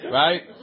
right